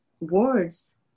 words